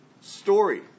story